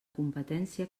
competència